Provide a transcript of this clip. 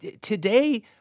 Today